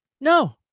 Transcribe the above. No